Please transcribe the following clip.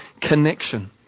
connection